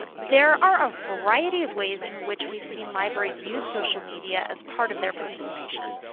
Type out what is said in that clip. but there are a variety of ways in which we've seen libraries use social media as part of their participation.